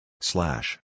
slash